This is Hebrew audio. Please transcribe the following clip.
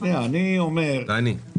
אני מעריך